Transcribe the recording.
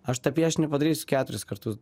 aš tą piešinį padarysiu keturis kartus